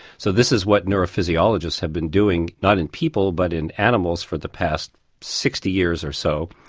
so this is what neurophysiologists have been doing, not in people but in animals for the past sixty years or so,